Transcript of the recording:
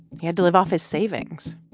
he had to live off his savings.